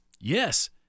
Yes